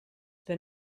been